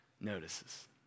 notices